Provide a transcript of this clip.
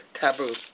taboo